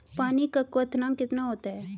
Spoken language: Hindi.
पानी का क्वथनांक कितना होता है?